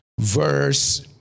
verse